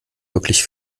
wirklich